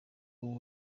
ubu